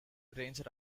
ranger